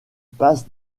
passe